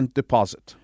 deposit